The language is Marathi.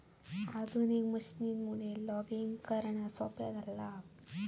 आधुनिक मशीनमुळा लॉगिंग करणा सोप्या झाला हा